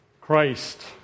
Christ